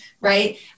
right